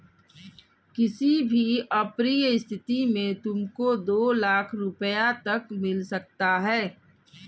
किसी भी अप्रिय स्थिति में तुमको दो लाख़ रूपया तक मिल सकता है